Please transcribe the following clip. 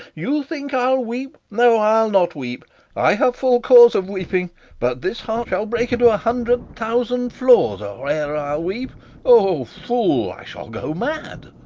you think i'll weep no, i'll not weep i have full cause of weeping but this heart shall break into a hundred thousand flaws or ere i'll weep o fool, i shall go mad!